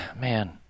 man